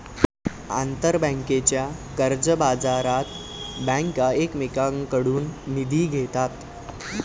आंतरबँकेच्या कर्जबाजारात बँका एकमेकांकडून निधी घेतात